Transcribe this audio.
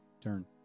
turn